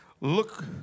Look